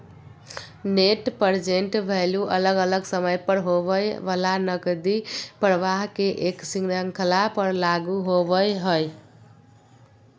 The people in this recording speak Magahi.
नेट प्रेजेंट वैल्यू अलग अलग समय पर होवय वला नकदी प्रवाह के एक श्रृंखला पर लागू होवय हई